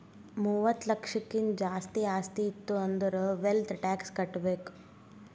ಮೂವತ್ತ ಲಕ್ಷಕ್ಕಿಂತ್ ಜಾಸ್ತಿ ಆಸ್ತಿ ಇತ್ತು ಅಂದುರ್ ವೆಲ್ತ್ ಟ್ಯಾಕ್ಸ್ ಕಟ್ಬೇಕ್